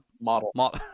model